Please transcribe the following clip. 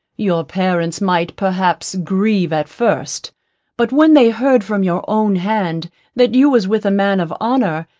your parents might perhaps grieve at first but when they heard from your own hand that you was with a man of honour,